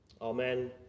Amen